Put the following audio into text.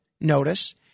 notice